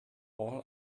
all